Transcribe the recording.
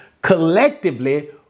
collectively